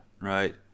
right